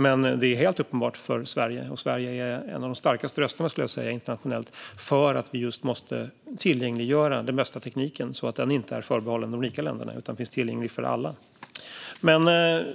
Men det är helt uppenbart för Sverige, och Sverige är en av de starkaste rösterna internationellt, skulle jag vilja säga, att vi måste tillgängliggöra den bästa tekniken så att den inte är förbehållen de rika länderna utan finns tillgänglig för alla.